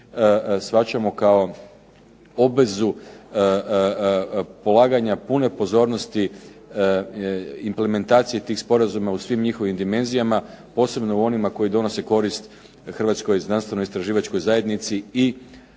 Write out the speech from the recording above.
shvaćamo kao obvezu polaganja pune pozornosti implementacije tih sporazuma u svim njihovim dimenzijama, posebno u onima koje donose korist hrvatskoj znanstvenoj istraživačkoj zajednici i